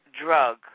drug